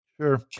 Sure